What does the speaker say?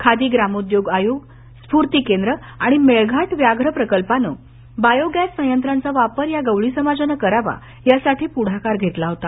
खादी ग्रामोद्योग आयोग स्फूर्ती केंद्र आणि मेळघाट व्याघ्र प्रकल्पानं बायोगॅस सयंत्रांचा वापर गवळी समाजानं करावा यासाठी पुढाकार घेतला होता